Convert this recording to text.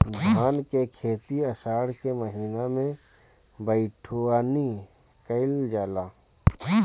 धान के खेती आषाढ़ के महीना में बइठुअनी कइल जाला?